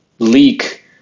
Leak